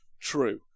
True